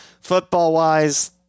football-wise